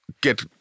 get